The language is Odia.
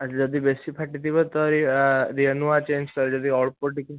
ଆଉ ଯଦି ବେଶୀ ଫାଟି ଥିବ ତ ନୂଆ ଚେଞ୍ଜ କରିଦେବେ ଯଦି ଅଳ୍ପ ଟିକେ